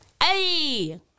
Hey